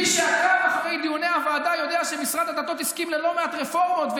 מי שעקב אחרי דיוני הוועדה יודע שמשרד הדתות הסכים ללא מעט רפורמות,